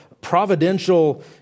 providential